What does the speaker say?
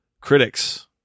critics